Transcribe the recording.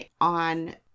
on